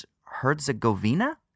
Herzegovina